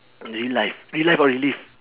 what's re-life re-life or relive